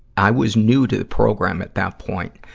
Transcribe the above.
i was new to the program at that point.